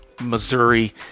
Missouri